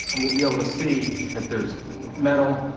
and we'll be able to see if there's metal,